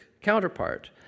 counterpart